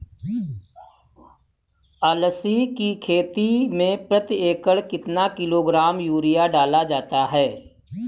अलसी की खेती में प्रति एकड़ कितना किलोग्राम यूरिया डाला जाता है?